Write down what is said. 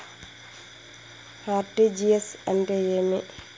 RTGS అంటే ఏమి?